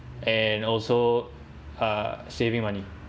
and also uh saving money